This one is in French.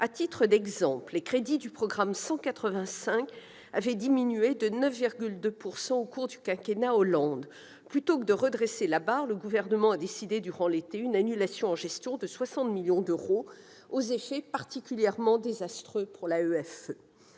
À titre d'exemple, les crédits du programme 185 avaient diminué de 9,2 % au cours du quinquennat Hollande. Plutôt que de redresser la barre, le Gouvernement a décidé, durant l'été, une annulation en gestion de 60 millions d'euros, aux effets particulièrement désastreux pour l'AEFE.